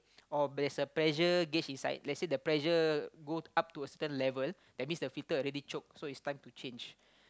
or there's a pressure gauge inside let's say the pressure go up to a certain level that means the filter already choke so it's time to change